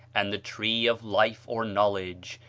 and the tree of life or knowledge,